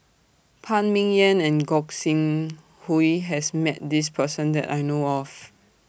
Phan Ming Yen and Gog Sing Hooi has Met This Person that I know of